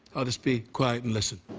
i'll just be quiet and listen.